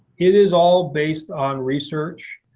it is all based on research.